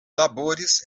laboris